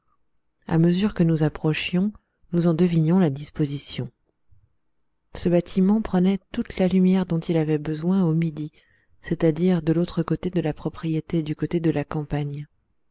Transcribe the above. à mesure que nous approchions nous en devinions la disposition ce bâtiment prenait toute la lumière dont il avait besoin au midi c'est-à-dire de l'autre côté de la propriété du côté de la campagne